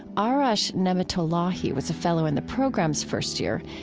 ah aresh nematollahi was a fellow in the program's first year.